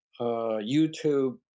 YouTube